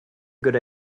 good